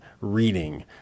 reading